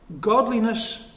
Godliness